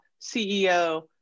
CEO